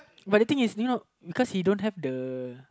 but the thing is you know cause he don't have the